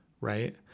right